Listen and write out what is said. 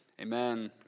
Amen